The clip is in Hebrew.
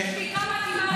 שתיקה מתאימה לך יותר.